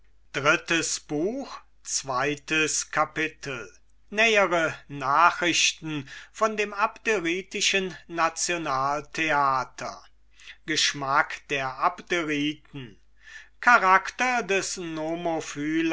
würden zweites kapitel nähere nachrichten von dem abderitischen nationaltheater geschmack der abderiten charakter des